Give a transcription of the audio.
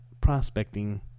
prospecting